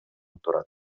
турат